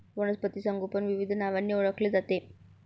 वनस्पती संगोपन विविध नावांनी ओळखले जाते